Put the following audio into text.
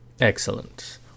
Excellent